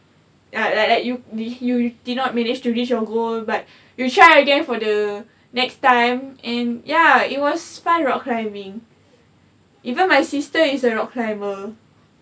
ya like like you did you did not manage to reach your goal but you try again for the next time and ya it was fun rock climbing even my sister is a rock climber